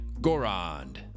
Gorond